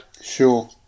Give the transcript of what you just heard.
Sure